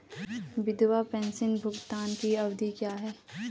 विधवा पेंशन भुगतान की अवधि क्या है?